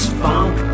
funk